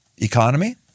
economy